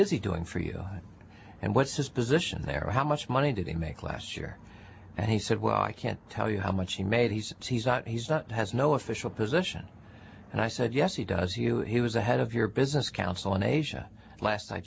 is he doing for you and what's his position there how much money did he make last year and he said well i can't tell you how much he made he's he's not he's not has no no official position and i said yes he does you he was ahead of your business council in asia last i